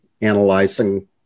analyzing